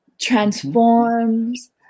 transforms